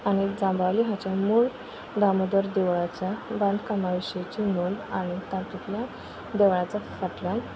आनी जांबावली हाचें मूळ दामोदर देवळाच्या बांदकामा विशींची नोंद आनी तातुंतलें देवळाच्या फाटल्यान